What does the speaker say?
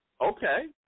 Okay